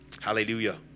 Hallelujah